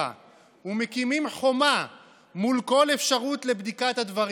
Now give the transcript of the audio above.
ומקימים חומה מול כל אפשרות לבדיקת הדברים.